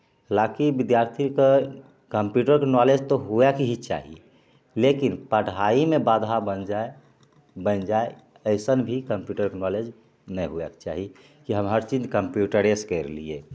हालाँकि विद्यार्थीके कम्प्यूटरके नॉलेज तऽ हुएके ही चाही लेकिन पढ़ाईमे बाधा बनि जाइ बनि जाइ अइसन भी कम्प्यूटरके नॉलेज नहि हुएके चाही कि हम हर चीज कम्प्यूटरेसे करि लिए